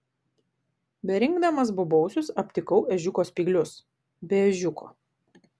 berinkdamas bobausius aptikau ežiuko spyglius be ežiuko